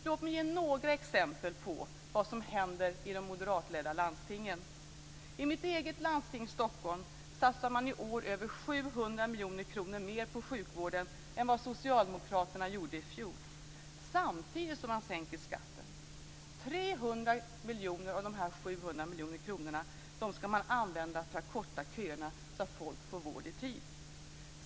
Låt mig ge några exempel på vad som händer i de moderatledda landstingen. I mitt eget landsting, Stockholm, satsar man i år över 700 miljoner kronor mer på sjukvården än vad socialdemokraterna gjorde i fjol, samtidigt som man sänker skatten. 300 av dessa 700 miljoner skall man använda för att korta köerna så att folk får vård i tid.